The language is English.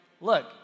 look